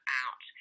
out